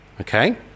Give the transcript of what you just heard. okay